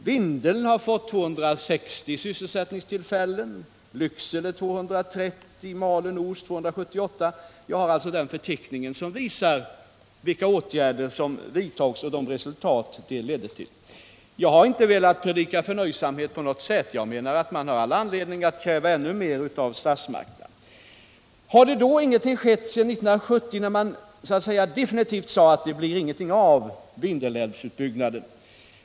Vindeln har fått 263 sysselsättningstillfällen, Lycksele 234, Malå-Norsjö 278 osv. Jag har alltså den förteckning som visar vilka åtgärder som då vidtogs och de resultat som dessa ledde till. Jag har dock inte velat predika förnöjsamhet på något sätt, utan jag menar att man har all anledning att kräva ännu mer av statsmakterna. | Har då ingenting skett sedan 1970, när man så att säga definitivt sade ifrån att det inte blir någonting av Vindelälvsutbyggnaden?